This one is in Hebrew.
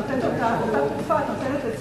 אותה תרופה שאת נותנת,